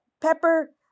pepper